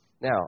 Now